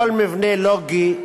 כל מבנה לוגי,